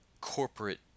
corporate